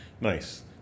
Nice